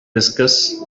discuss